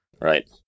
Right